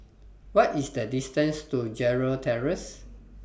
What IS The distance to Gerald Terrace